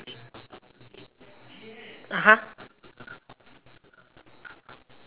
(uh huh)